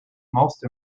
most